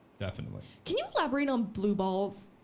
definitely. can you elaborate on blue balls?